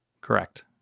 Correct